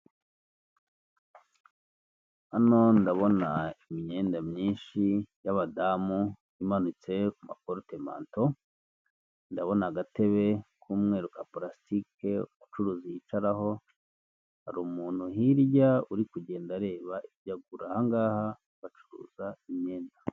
Hano ndabona imyenda myinshi y'abadamu imanitse ku maporutemanto, ndabona agatebe k'umweru ka purasitike umucuruzi yicaraho, hari umuntu hirya uri kugenda areba ibyo agura ahangaha bacuruza imyenda.